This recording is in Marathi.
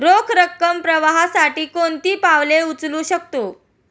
रोख रकम प्रवाहासाठी कोणती पावले उचलू शकतो?